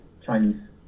Chinese